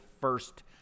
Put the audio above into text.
first